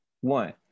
One